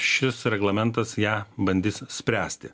šis reglamentas ją bandys spręsti